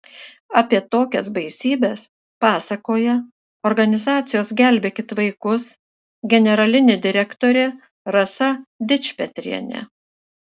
apie tokias baisybes pasakoja organizacijos gelbėkit vaikus generalinė direktorė rasa dičpetrienė